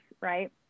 right